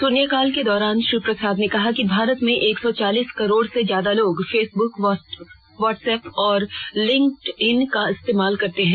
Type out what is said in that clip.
शून्यकाल के दौरान श्री प्रसाद ने कहा कि भारत में एक सौ चालीस करोड़ से ज्यादा लोग फेसबुक व्हाट्स एप और लिंक्ड इन का इस्तेमाल करते हैं